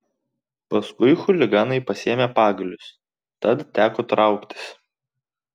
paskui chuliganai pasiėmė pagalius tad teko trauktis